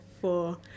four